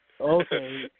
okay